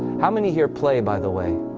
how many here play, by the way?